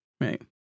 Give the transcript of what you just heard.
Right